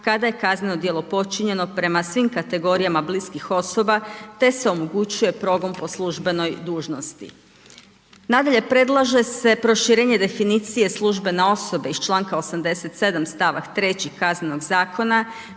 kada je kazneno djelo počinjeno prema svim kategorijama bliskih osoba te se omogućuje progon po službenoj dužnosti. Nadalje, predlaže se proširenje definicije službene osobe iz Članka 87. stavak 3. Kaznenog zakona